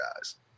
guys